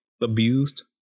abused